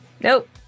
Nope